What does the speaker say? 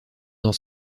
dans